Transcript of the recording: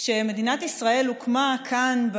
כשמדינת ישראל הוקמה כאן,